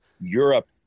Europe